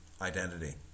identity